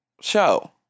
show